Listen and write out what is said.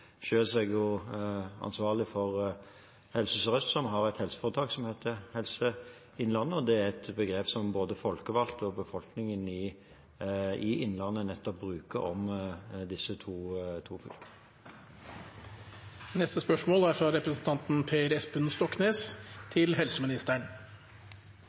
er jeg ansvarlig for Helse Sør-Øst, som har et helseforetak som heter Helse Innlandet, og det er et begrep som både folkevalgte og befolkningen i Innlandet nettopp bruker om disse to